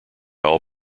all